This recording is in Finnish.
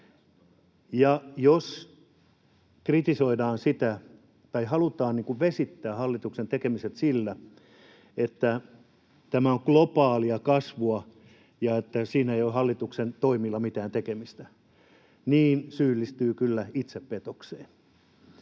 Jos kritisoidaan sitä tai halutaan vesittää hallituksen tekemiset sillä, että tämä on globaalia kasvua ja että siinä ei ole hallituksen toimilla mitään tekemistä, niin syyllistyy kyllä itsepetokseen.